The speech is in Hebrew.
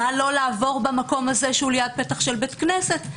נא לא לעבור במקום הזה שהא ליד פתח בית כנסת.